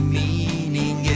meaning